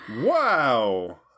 Wow